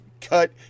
cut